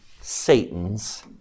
Satan's